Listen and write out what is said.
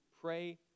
Pray